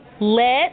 Let